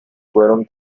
fueron